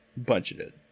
budgeted